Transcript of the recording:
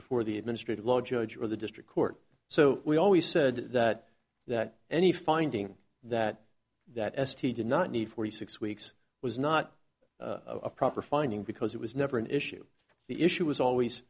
before the administrative law judge or the district court so we always said that that any finding that that s t did not need forty six weeks was not a proper finding because it was never an issue the issue was always